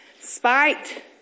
spite